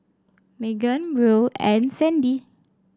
Meagan Buel and Sandie